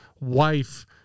wife